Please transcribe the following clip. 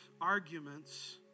arguments